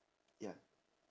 ya